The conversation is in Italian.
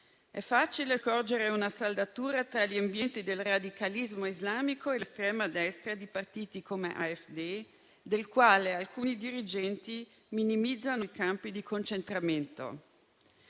È facile scorgere una saldatura tra gli ambienti del radicalismo islamico e l'estrema destra di partiti come AfD, alcuni dirigenti del quale minimizzano i campi di concentramento.